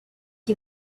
you